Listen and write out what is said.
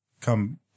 come